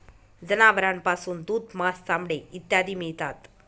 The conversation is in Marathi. जनावरांपासून दूध, मांस, चामडे इत्यादी मिळतात